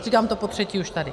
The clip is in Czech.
Říkám to potřetí už tady.